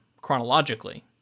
chronologically